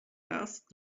asked